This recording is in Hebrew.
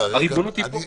הריבונות היא פה.